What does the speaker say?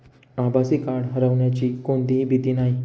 आभासी कार्ड हरवण्याची कोणतीही भीती नाही